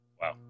wow